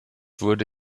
wurde